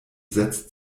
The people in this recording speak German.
setzt